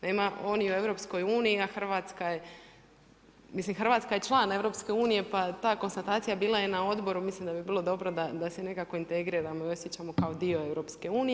Nema oni u EU, a Hrvatska je, mislim Hrvatska je član EU pa ta konstatacija bila je na Odboru, mislim da bi bilo dobro da se nekako integriramo i osjećamo kao dio EU.